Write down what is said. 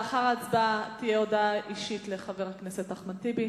לאחר ההצבעה תהיה הודעה אישית לחבר הכנסת אחמד טיבי.